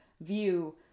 view